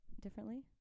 differently